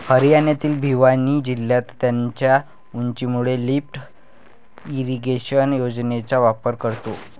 हरियाणातील भिवानी जिल्हा त्याच्या उंचीमुळे लिफ्ट इरिगेशन योजनेचा वापर करतो